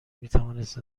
میتوانست